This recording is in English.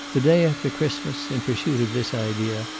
the day after christmas, in pursuit of this idea,